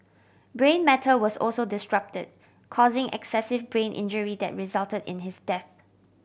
brain matter was also disrupted causing excessive brain injury that resulted in his death